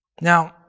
Now